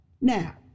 Now